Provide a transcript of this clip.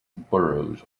burroughs